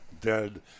dead